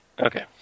Okay